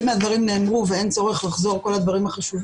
מהדברים נאמרו ואין צורך לחזור עליהם.